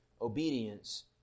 obedience